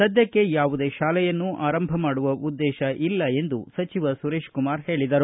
ಸದ್ದಕ್ಷೆ ಯಾವುದೇ ಶಾಲೆಯನ್ನ ಆರಂಭ ಮಾಡುವ ಉದ್ದೇಶ ಇಲ್ಲ ಎಂದು ಸಚಿವ ಸುರೇಶಕುಮಾರ ಹೇಳಿದರು